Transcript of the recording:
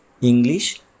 English